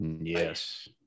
Yes